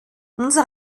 unser